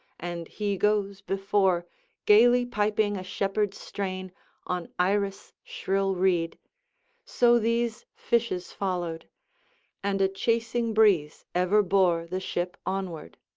and he goes before gaily piping a shepherd's strain on iris shrill reed so these fishes followed and a chasing breeze ever bore the ship onward.